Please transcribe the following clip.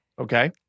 Okay